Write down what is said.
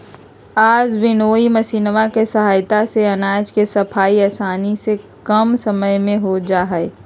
आज विन्नोइंग मशीनवा के सहायता से अनाज के सफाई आसानी से कम समय में हो जाहई